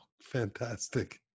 fantastic